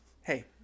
Hey